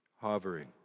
hovering